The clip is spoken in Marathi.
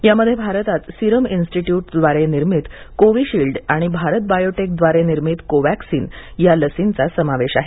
यामध्ये भारतात सीरम इन्स्टिट्युटद्वारे निर्मित कोविशिल्ड आणि भारत बायेटक निर्मित कोवॅक्सिन या लसींचा समावेश आहे